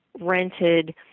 rented